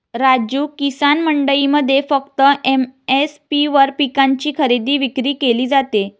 राजू, किसान मंडईमध्ये फक्त एम.एस.पी वर पिकांची खरेदी विक्री केली जाते